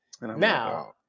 Now